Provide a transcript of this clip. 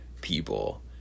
people